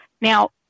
Now